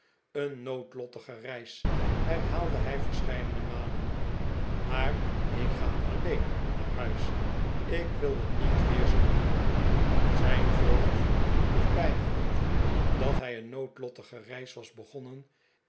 een noodlottige reis herhaalde hij verscheidene malen maar ik ga alleen naar huis ik wil het niet weer zoo hebben zijn voorgevoel of bijgeioof dat hij een noodlottige reis was begonnen